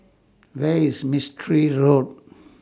Where IS Mistri Road